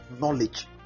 knowledge